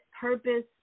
purpose